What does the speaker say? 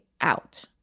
out